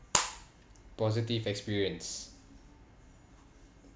positive experience